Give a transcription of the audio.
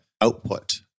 output